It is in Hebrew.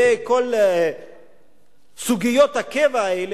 וכל סוגיות הקבע האלה,